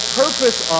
purpose